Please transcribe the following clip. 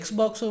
Xbox